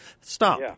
Stop